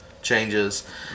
Changes